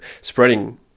spreading